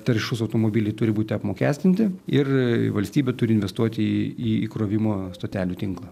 taršūs automobiliai turi būti apmokestinti ir valstybė turi investuoti į įkrovimo stotelių tinklą